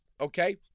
okay